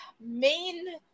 main